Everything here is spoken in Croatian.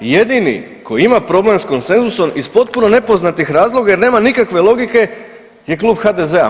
Jedini koji ima problem s konsenzusom iz potpuno nepoznatih razloga jer nema nikakve logike je Klub HDZ-a.